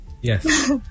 yes